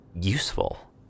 useful